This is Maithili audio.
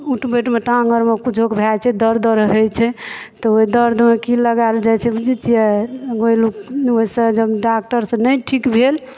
उठबैतमे टांग आरमे किछो भए जाइ छै दर्द रहै छै तऽ ओय दर्दमे की लगायल जाइ छै बुझै छियै ओहिसॅं जब डॉक्टर सॅं नहि ठीक भेल